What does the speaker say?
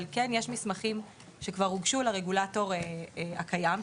אבל אם יש מסמכים שכבר הוגשו לרגולטור הקיים,